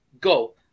go